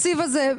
התקציב הזה,